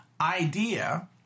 idea